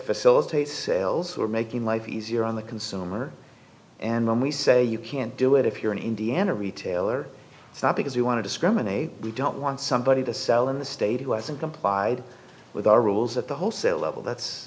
facilitate sales or making life easier on the consumer and then we say you can't do it if you're an indiana retailer it's not because we want to discriminate we don't want somebody to sell in the state who hasn't complied with our rules at the wholesale level that's